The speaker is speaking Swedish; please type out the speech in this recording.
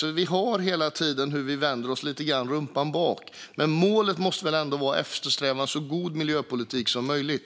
Hur vi än vänder oss har vi alltså hela tiden lite grann rumpan bak, men målet måste väl ändå vara att eftersträva en så god miljöpolitik som möjligt.